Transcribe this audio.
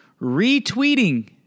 retweeting